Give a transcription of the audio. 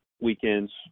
weekends